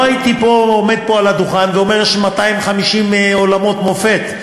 לא הייתי עומד פה על הדוכן ואומר: יש 250 אולמות מופ"ת.